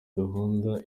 gahunda